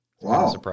Wow